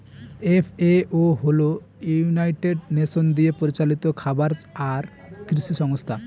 FAO হল United Nation দিয়ে পরিচালিত খাবার আর কৃষি সংস্থা